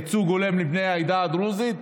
ייצוג הולם לבני העדה הדרוזית.